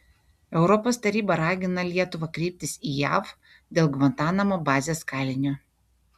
europos taryba ragina lietuvą kreiptis į jav dėl gvantanamo bazės kalinio